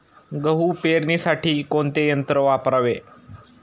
गहू पेरणीसाठी कोणते यंत्र वापरावे?